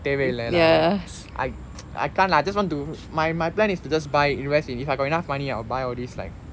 தேவைநில்ல:thevayilla lah I I can't lah just want to my my plan is to just buy invest only if I got enough money I will buy all these like